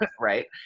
right